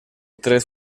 tres